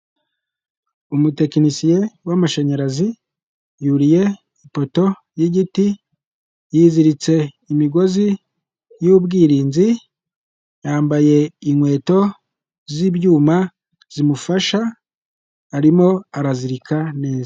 Umutekinisiye w'amashanyarazi yuriye ipoto y'igiti, yiziritse imigozi y'ubwirinzi, yambaye inkweto z'ibyuma zimufasha, arimo arazirika neza.